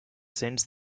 sends